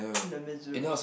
Les-Miserables